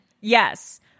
Yes